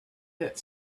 that